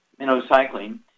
minocycline